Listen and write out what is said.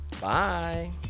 Bye